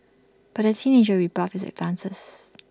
but the teenager rebuffed his advances